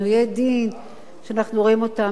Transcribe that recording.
שאנחנו רואים אותם לא מעט פעמים.